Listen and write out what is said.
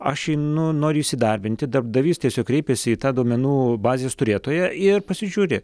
aš nu noriu įsidarbinti darbdavys tiesiog kreipiasi į tą duomenų bazės turėtoją ir pasižiūri